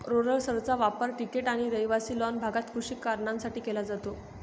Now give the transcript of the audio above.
रोलर्सचा वापर क्रिकेट आणि रहिवासी लॉन भागात कृषी कारणांसाठी केला जातो